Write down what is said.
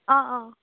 অঁ অঁ